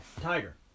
Tiger